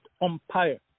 umpire